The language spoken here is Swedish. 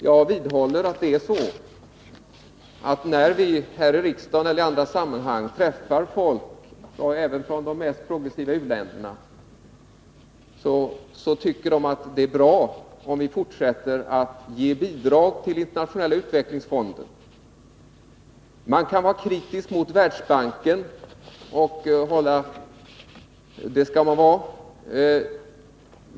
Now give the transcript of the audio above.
Jag vidhåller nämligen att människor även från de mest progressiva u-länderna, som vi träffar här i riksdagen eller i andra sammanhang, tycker att det är bra om vi fortsätter att ge bidrag till Internationella utvecklingsfonden. Man kan och skall vara kritisk mot Världsbanken.